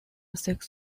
six